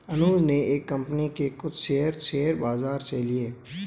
अनुज ने एक कंपनी के कुछ शेयर, शेयर बाजार से लिए